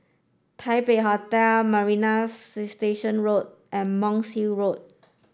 Taipei Hotel Marina Station Road and Monk's Road